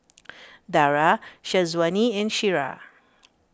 Dara Syazwani and Syirah